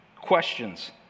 questions